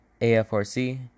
AFRC